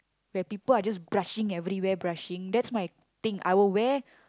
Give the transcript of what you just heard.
where people are just brushing everywhere brushing that's my thing I will wear